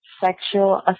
sexual